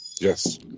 Yes